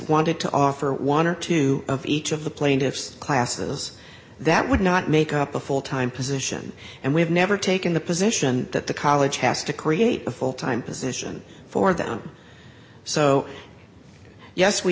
wanted to offer one or two of each of the plaintiffs classes that would not make up a full time position and we have never taken the position that the college has to create a full time position for them so yes we